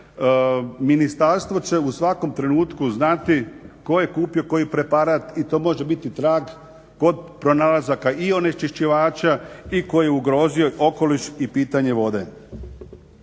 Ministarstvo će u svakom trenutku znati tko je kupio koji preparat i to može biti trag kod pronalazaka i onečišćivača i koji ugrozuju okoliš i pitanje vode.